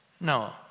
No